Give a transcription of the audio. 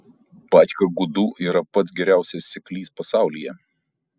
batka gudų yra pats geriausias seklys pasaulyje